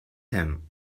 him